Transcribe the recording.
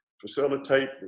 facilitate